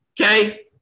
Okay